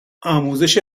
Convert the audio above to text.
آموزش